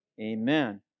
amen